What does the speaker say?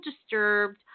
disturbed